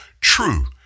true